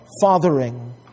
fathering